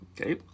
Okay